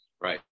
Right